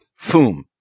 Foom